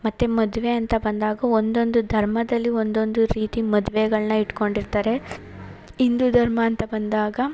ಮತ್ತು ಮದುವೆ ಅಂತ ಬಂದಾಗ್ಲೂ ಒಂದೊಂದು ಧರ್ಮದಲ್ಲಿ ಒಂದೊಂದು ರೀತಿ ಮದುವೆಗಳ್ನ ಇಟ್ಟುಕೊಂಡಿರ್ತಾರೆ ಹಿಂದೂ ಧರ್ಮ ಅಂತ ಬಂದಾಗ